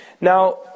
now